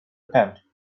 attempt